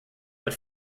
but